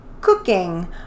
cooking